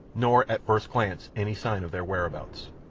nor, at first glance, any sign of their whereabouts.